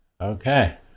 Okay